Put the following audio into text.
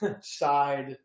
side